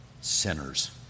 sinners